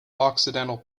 occidental